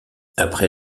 après